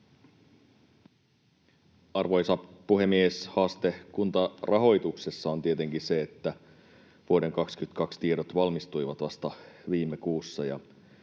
Arvoisa puhemies! Haaste kuntarahoituksessa on tietenkin se, että vuoden 22 tiedot valmistuivat vasta viime kuussa,